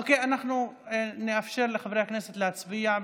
אוקיי, אנחנו נאפשר לחברי הכנסת להצביע.